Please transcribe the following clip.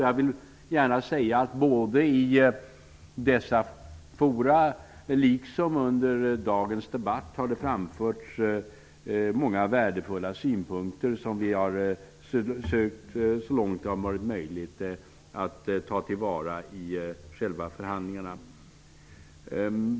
Jag vill säga att i båda dessa fora, liksom under dagens debatt, har det framförts många värdefulla synpunkter som vi har sökt att så långt möjligt ta till vara i själva förhandlingarna.